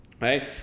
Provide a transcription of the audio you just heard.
right